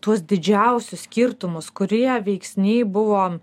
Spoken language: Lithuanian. tuos didžiausius skirtumus kurie veiksniai buvo